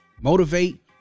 motivate